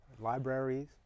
Libraries